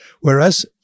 Whereas